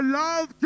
love